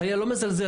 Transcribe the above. אני חלילה לא מזלזל,